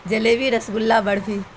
jalebi rasgulla barfi